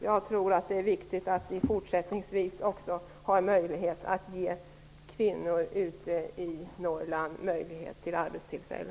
Jag tror att det är viktigt att vi också fortsättningsvis har möjlighet att ge kvinnor ute i Norrland möjlighet till arbete.